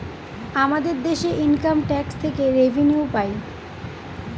আমাদের দেশে income tax থেকে রেভিনিউ পাই